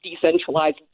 decentralized